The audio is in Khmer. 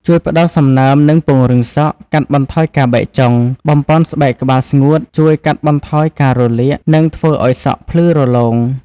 ជួយផ្តល់សំណើម និងពង្រឹងសក់ កាត់បន្ថយការបែកចុង បំប៉នស្បែកក្បាលស្ងួត ជួយកាត់បន្ថយការរលាក និងធ្វើឲ្យសក់ភ្លឺរលោង។